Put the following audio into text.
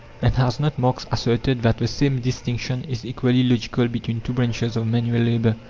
and has not marx asserted that the same distinction is equally logical between two branches of manual labour?